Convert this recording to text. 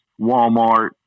Walmart